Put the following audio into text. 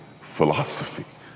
philosophy